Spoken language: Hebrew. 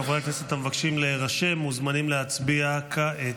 חברי הכנסת המבקשים להירשם מוזמנים להצביע כעת.